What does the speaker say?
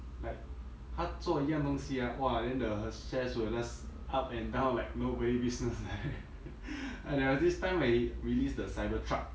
like 他做一样东西 ah !wah! then the shares will just up and down like nobody business eh and there was this time where he released the cyber truck